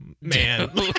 man